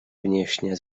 внешняя